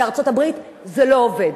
בארצות-הברית זה לא עובד.